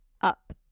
up